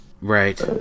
Right